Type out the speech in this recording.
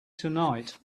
tonight